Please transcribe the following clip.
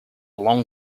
long